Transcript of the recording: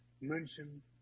mention